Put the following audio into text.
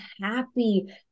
happy